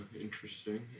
Interesting